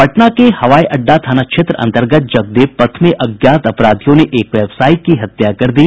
पटना के हवाई अड्डा थाना क्षेत्र अंतर्गत जगदेव पथ में अज्ञात अपराधियों ने एक व्यवसायी की हत्या कर दी